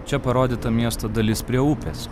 čia parodyta miesto dalis prie upės